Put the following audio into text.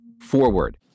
forward